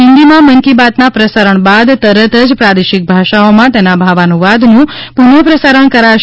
હિંદીમાં મન કી બાતના પ્રસારણ બાદ તરત જ પ્રાદેશિક ભાષાઓમાં તેના ભાવાનુવાદનું પુનઃપ્રસારણ કરાશે